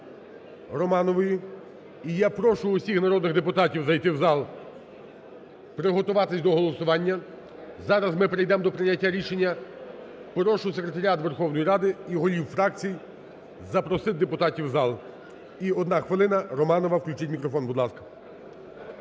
Романової. І я прошу всіх народних депутатів зайти в зал, приготуватись до голосування. Зараз ми перейдемо до прийняття рішення. Прошу Секретаріат Верховної Ради і голів фракцій запросити депутатів в зал. І одна хвилина, Романова, включіть мікрофон, будь ласка.